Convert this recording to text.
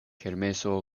kermeso